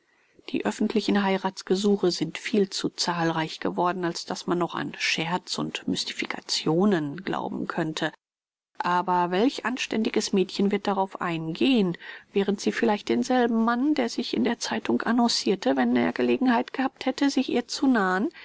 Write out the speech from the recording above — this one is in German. die öffentlichen heirathsgesuche sind viel zu zahlreich geworden als daß man noch an scherz und mystificationen glauben könnte aber welch anständiges mädchen wird darauf eingehen während sie vielleicht denselben mann der sich in der zeitung annoncirte wenn er gelegenheit gehabt hätte sich ihr zu nahen